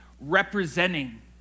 representing